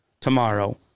tomorrow